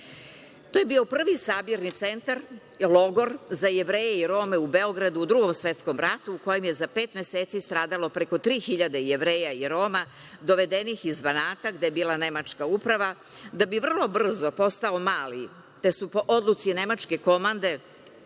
To je bio prvi Sabirni centar, logor za Jevreje i Rome u Beogradu u Drugom svetskom ratu, u kojem je za pet meseci stradalo preko tri hiljade Jevreja i Roma, dovedenih iz Banata, gde je bila Nemačka uprava, da bi vrlo brzo postao mali, te su po odluci nemačke komande,